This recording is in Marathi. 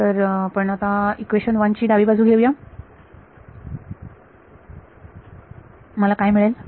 तर आता आपण इक्वेशन 1 ची डावी बाजू घेऊया मला काय मिळेल